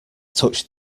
touched